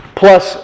plus